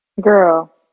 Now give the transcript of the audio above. Girl